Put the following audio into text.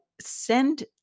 send